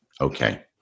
Okay